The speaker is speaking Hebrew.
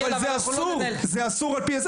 אבל זה אסור על פי,